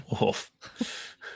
wolf